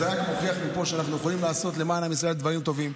זה רק מוכיח שאנחנו יכולים לעשות למען עם ישראל דברים טובים.